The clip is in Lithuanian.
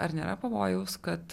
ar nėra pavojaus kad